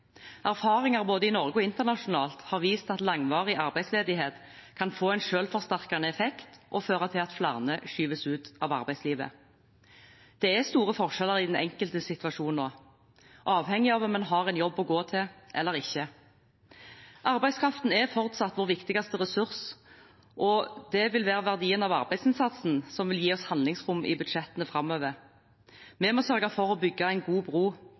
Erfaringer både i Norge og internasjonalt har vist at langvarig arbeidsledighet kan få en selvforsterkende effekt og føre til at flere skyves ut av arbeidslivet. Det er store forskjeller i den enkeltes situasjon nå, avhengig av om en har en jobb å gå til eller ikke. Arbeidskraften er fortsatt vår viktigste ressurs, og det er verdien av arbeidsinnsatsen som vil gi oss handlingsrom i budsjettene framover. Vi må sørge for å bygge en god bro